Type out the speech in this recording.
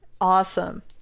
Awesome